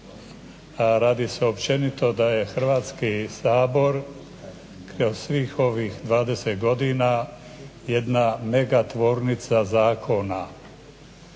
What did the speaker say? radi se općenito da je Hrvatski sabor kroz svih ovih 20 godina jedna mega tvornica zakona.